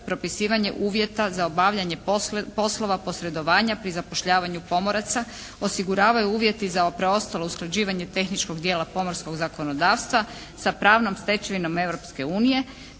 propisivanje uvjeta za obavljanje poslova posredovanja pri zapošljavanju pomoraca, osiguravaju uvjeti za preostalo usklađivanje tehničkog dijela pomorskog zakonodavstva sa pravnom stečevinom